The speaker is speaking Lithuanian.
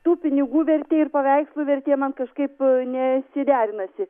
tų pinigų vertė ir paveikslų vertė man kažkaip nesiderinasi